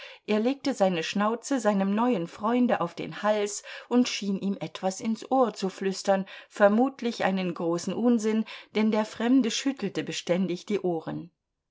er legte seine schnauze seinem neuen freunde auf den hals und schien ihm etwas ins ohr zu flüstern vermutlich einen großen unsinn denn der fremde schüttelte beständig die ohren